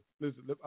listen